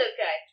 Okay